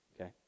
okay